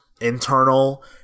internal